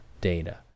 data